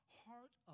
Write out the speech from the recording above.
heart